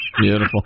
Beautiful